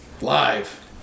live